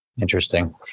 Interesting